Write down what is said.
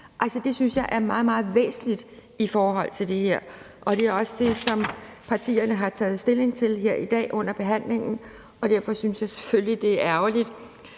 det synes jeg er meget, meget væsentligt i forhold til det her, og det er også det, som partierne har taget stilling til her i dag under behandlingen. Derfor synes jeg selvfølgelig, det er ærgerligt,